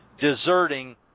deserting